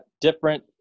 different